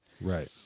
Right